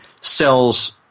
sells